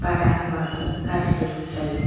बादा होब्लाबो गाज्रि जायो